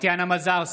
טטיאנה מזרסקי,